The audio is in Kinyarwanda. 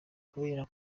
kubera